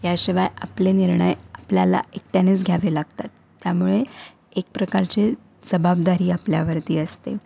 याशिवाय आपले निर्णय आपल्याला एकट्यानेच घ्यावे लागतात त्यामुळे एक प्रकारची जबाबदारी आपल्यावरती असते